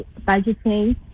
budgeting